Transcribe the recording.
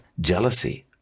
jealousy